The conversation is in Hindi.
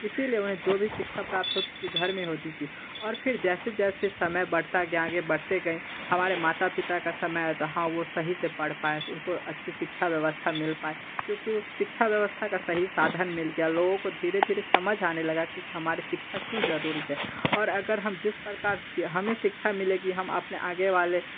इसलिए उन्हें जो भी शिक्षा प्राप्त होती थी घर में होती थी और फिर जैसे जैसे समय बढ़ता गया आगे बढ़ते गए हमारे माता पिता का समय है तो हाँ वह सही से पढ़ पाए उसकी अच्छी शिक्षा व्यवस्था मिल पाए क्योंकि उस शिक्षा व्यवस्था का सही साधन मिल गया लोगों को धीरे धीरे समझ आने लगा कि हमारे शिक्षक क्यों ज़रूरी है और अगर हम जिस प्रकार से हमें शिक्षा मिलेगी हम अपने आगे वाले